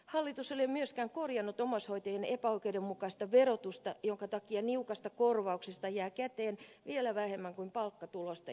hallitus ei ole myöskään korjannut omaishoitajien epäoikeudenmukaista verotusta jonka takia niukasta korvauksesta jää käteen vielä vähemmän kuin palkkatulosta jäisi